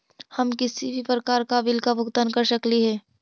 हम किसी भी प्रकार का बिल का भुगतान कर सकली हे?